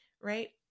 right